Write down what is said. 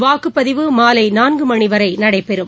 வாக்குப்பதிவு மாலை நான்கு மணி வரை நடைபெறும்